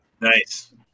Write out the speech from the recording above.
Nice